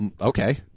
okay